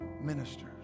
ministers